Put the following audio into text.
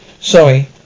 Sorry